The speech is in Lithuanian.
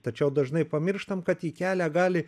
tačiau dažnai pamirštam kad į kelią gali